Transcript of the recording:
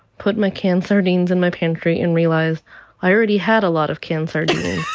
put my canned sardines in my pantry and realized i already had a lot of canned sardines.